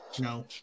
No